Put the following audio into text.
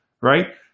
right